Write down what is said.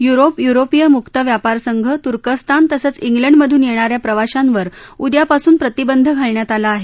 Europe युरोपीय मुक्त व्यापार संघ तुर्कस्तान तसंच इंग्लंड मधून येणा या प्रवाशांवर उद्यापासून प्रतिबंध घालण्यात आला आहे